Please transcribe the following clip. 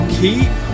keep